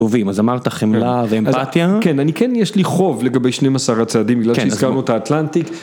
אז אמרת חמלה ואמפתיה. כן, אני כן, יש לי חוב לגבי 12 הצעדים בגלל שהזכרנו את האטלנטית.